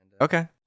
Okay